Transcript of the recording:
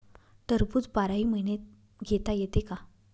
टरबूज बाराही महिने घेता येते का?